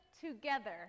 together